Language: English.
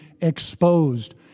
exposed